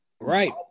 Right